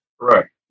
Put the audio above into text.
Correct